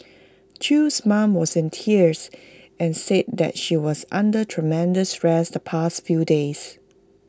chew's mom was in tears and said that she was under tremendous stress the past few days